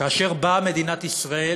כאשר באה מדינת ישראל